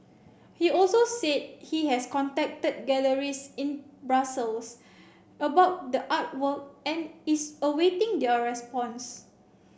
he also said he has contacted galleries in Brussels about the artwork and is awaiting their response